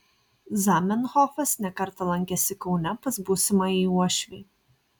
zamenhofas ne kartą lankėsi kaune pas būsimąjį uošvį